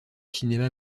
cinéma